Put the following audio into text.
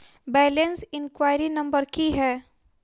Balance enquiry number की है?